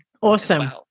Awesome